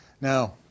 Now